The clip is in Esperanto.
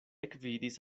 ekvidis